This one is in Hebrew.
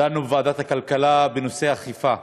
דנו בוועדת הכלכלה בנושא האכיפה,